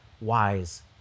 wise